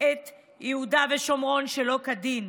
את יהודה ושומרון שלא כדין,